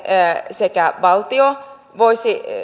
sekä valtio voisi